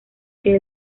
que